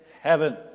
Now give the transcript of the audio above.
heaven